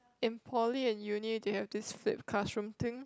in Poly and uni they have this flipped classroom thing